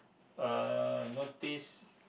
uh notice